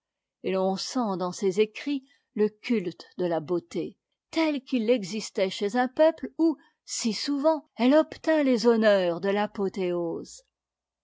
et l'on sent dans ses écrits le culte de la beauté tel qu'it existait chez un peuple où si souvent elle obtint les honneurs de l'apothéose